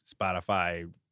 spotify